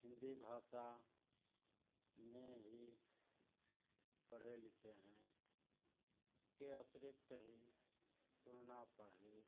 हिन्दी भाषा में ही पढ़े लिखे हैं इसके अतिरिक्त ही तुलना पर ही